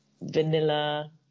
vanilla